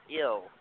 ill